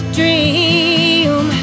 dream